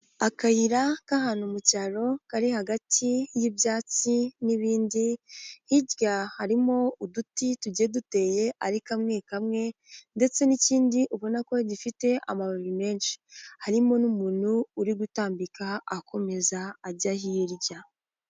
Akayira k'ahantu mu cyaro kari hagati y'ibyatsi n'ibindi, hirya harimo uduti tugiye duteye ari kamwe kamwe ndetse n'ikindi ubona ko gifite amababi menshi, harimo n'umuntu uri gutambika akomeza ajya hirya.